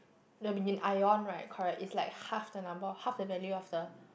they will be in Ion right correct is like half the number half the value of the